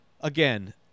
again